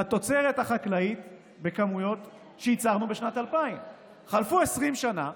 לתוצרת החקלאית שייצרנו בשנת 2000. חלפו 20 שנה,